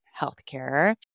healthcare